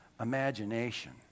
imagination